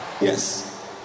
Yes